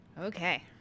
Okay